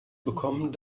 bekommen